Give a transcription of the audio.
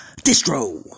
Distro